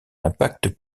impact